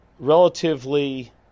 relatively